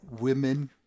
women